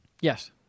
Yes